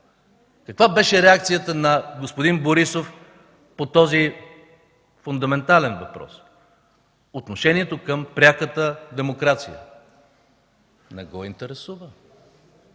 Каква беше реакцията на господин Борисов по този фундаментален въпрос – отношението към пряката демокрация? Не го интересува.